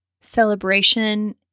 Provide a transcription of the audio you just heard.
celebration